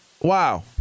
Wow